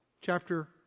Chapter